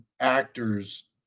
actors